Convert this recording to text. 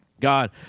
God